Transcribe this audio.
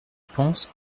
pense